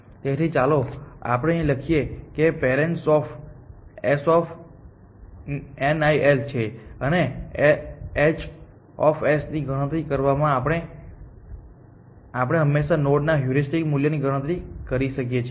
તેથી ચાલો આપણે અહીં લખીએ કે પેરેન્ટ્સ ઓફ S NIL છે અને h ની ગણતરી કરવામાં આવે છે આપણે હંમેશાં નોડ ના હ્યુરિસ્ટિક મૂલ્ય ની ગણતરી કરી શકીએ છીએ